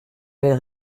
allait